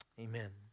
Amen